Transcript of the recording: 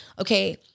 okay